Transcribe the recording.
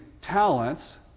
talents